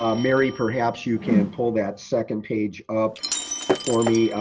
ah mary, perhaps you can pull that second page up for me.